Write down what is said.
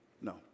No